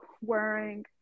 wearing